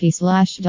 slash